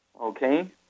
Okay